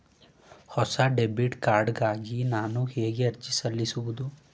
ಹೊಸ debit card ಗಾಗಿ ನಾನು ಹೇಗೆ ಅರ್ಜಿ ಸಲ್ಲಿಸುವುದು?